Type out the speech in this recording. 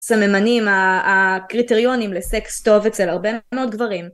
שממנים הקריטריונים לסקס טוב אצל הרבה מאוד גברים.